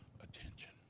attention